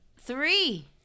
three